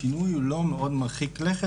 השינוי הוא לא מאוד מרחיק לכת,